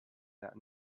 that